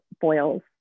boils